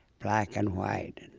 black and white,